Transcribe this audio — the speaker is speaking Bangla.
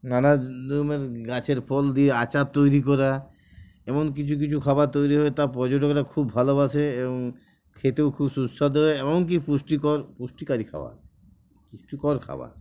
নানা রকমের গাছের ফল দিয়ে আচার তৈরি করা এমন কিছু কিছু খাবার তৈরি হয় তা পর্যটকরা খুব ভালোবাসে এবং খেতেও খুব সুস্বাদু হয় এমন কি পুষ্টিকর পুষ্টিকারী খাবার পুষ্টিকর খাবার